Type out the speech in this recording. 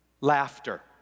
Laughter